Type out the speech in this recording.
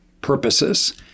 purposes